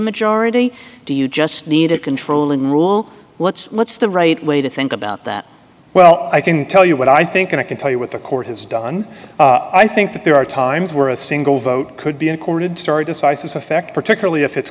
majority do you just need a controlling rule what's what's the right way to think about that well i can tell you what i think and i can tell you what the court has done i think that there are times where a single vote could be accorded story decisis effect particularly if it's